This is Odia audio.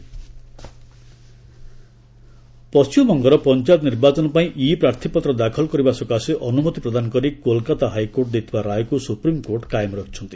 ଏସସି ଡବୁବି ପଶ୍ଚିମବଙ୍ଗର ପଞ୍ଚାୟତ ନିର୍ବାଚନ ପାଇଁ ଇ ପ୍ରାର୍ଥୀପତ୍ର ଦାଖଲ କରିବା ସକାଶେ ଅନୁମତି ପ୍ରଦାନ କରି କୋଲ୍କାତା ହାଇକୋର୍ଟ ଦେଇଥିବା ରାୟକୁ ସୁପ୍ରିମକୋର୍ଟ କାଏମ ରଖିଛନ୍ତି